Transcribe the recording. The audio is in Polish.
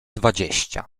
dwadzieścia